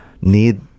need